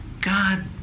God